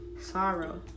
Sorrow